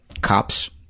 cops